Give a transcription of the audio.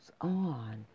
on